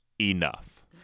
enough